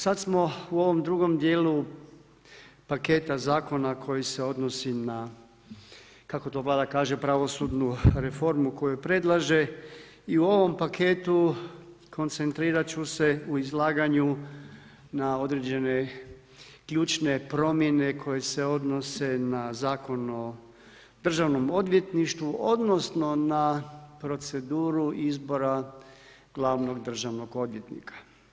Sad smo u ovom drugom dijelu paketa zakona koji se odnosi na kako to Vlada kaže pravosudnu reformu koju predlaže i ovom paketu koncentrirat ću se u izlaganju na određene ključne promjene koje se odnose na Zakon o državnom odvjetništvu, odnosno na proceduru izbora glavnog državnog odvjetnika.